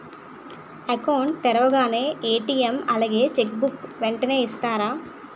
Account తెరవగానే ATM అలాగే cheque book వెంటనే ఇస్తారా?